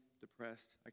depressed